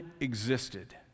existed